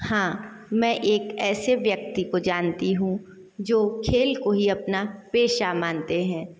हाँ मैं एक ऐसे व्यक्ति को जानती हूँ जो खेल को ही अपना पेशा मानते हैं